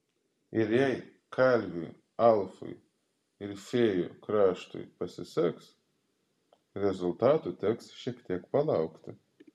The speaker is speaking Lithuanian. ir jei kalviui alfui ir fėjų kraštui pasiseks rezultatų teks šiek tiek palaukti